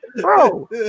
bro